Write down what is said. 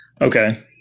Okay